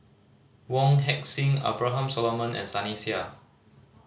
Wong Heck Sing Abraham Solomon and Sunny Sia